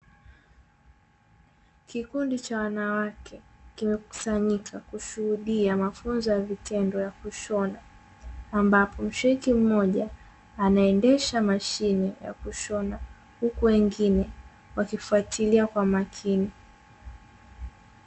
Kikundi cha wanawake kimekusanyika kushuhudia mafunzo ya vitendo ya kushona, ambapo mshiriki mmoja anaendesha mashine ya kushona huku wengine wakifuatilia kwa makini.